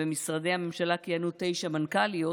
ובמשרדי הממשלה כיהנו תשע מנכ"ליות,